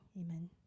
Amen